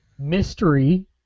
Mystery